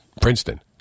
Princeton